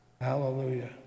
Hallelujah